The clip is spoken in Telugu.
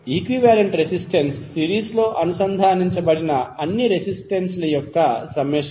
ఈక్వివాలెంట్ రెసిస్టెన్స్ సిరీస్లో అనుసంధానించబడిన అన్ని రెసిస్టెన్స్ ల సమ్మేషన్